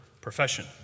profession